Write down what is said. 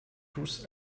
tous